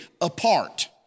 apart